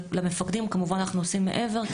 אבל למפקדים כמובן אנחנו עושים מעבר,